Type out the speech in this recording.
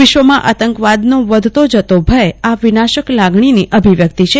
વિશ્વમાં આતંકવાદનો વધતો જતો ભય આ વિનાશક લાગણીની અભિવ્યક્તિ છે